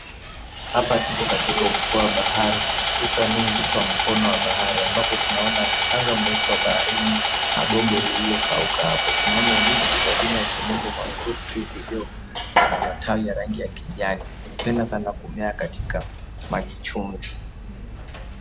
Hapa tuko katika ufuo wa bahari, hususan huitwa mkono wa bahari. Tunaona mchanga mweupe wa bahari na gogo lililokauka hapo. Tunaona miti kwa jina ya kimombo mangroove trees na matawi ya rangi ya kijani, hupenda sana kumea katika maji chumvi.